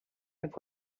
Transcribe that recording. have